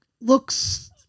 looks